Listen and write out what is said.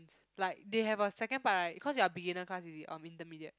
like they have a second part right cause you are beginner class is it or intermediate